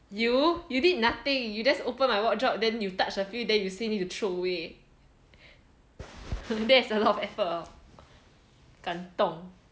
you you did nothing you just open my wardrobe then you touch a few then you say need to throw away there's a lot of effort hor 感动